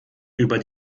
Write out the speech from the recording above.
über